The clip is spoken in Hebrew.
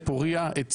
את פורייה,